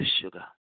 sugar